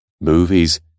movies